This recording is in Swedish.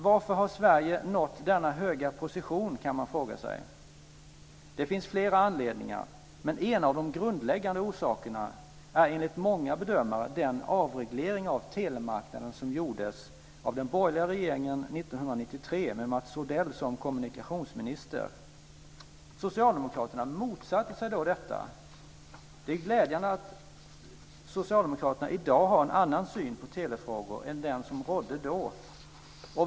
Varför har Sverige nått denna höga position? Det finns flera anledningar, men en av de grundläggande orsakerna är enligt många bedömare den avreglering av telemarknaden som gjordes av den borgerliga regeringen 1993 med Mats Odell som kommunikationsminister. Socialdemokraterna motsatte sig då detta. Det är glädjande att socialdemokraterna i dag har en annan syn på telefrågor än den som rådde då.